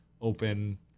open